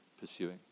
pursuing